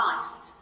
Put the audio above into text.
Christ